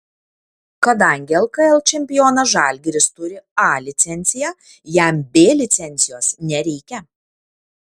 kadangi lkl čempionas žalgiris turi a licenciją jam b licencijos nereikia